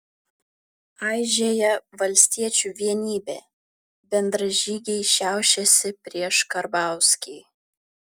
aižėja valstiečių vienybė bendražygiai šiaušiasi prieš karbauskį